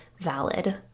valid